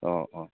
অঁ অঁ